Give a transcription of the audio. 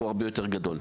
הוא הרבה יותר גדול.